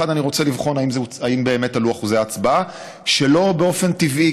דבר אחד: אני רוצה לבחון אם באמת עלו שיעורי ההצבעה שלא באופן טבעי,